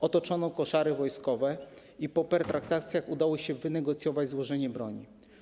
Otoczono koszary wojskowe i po pertraktacjach udało się wynegocjować złożenie broni.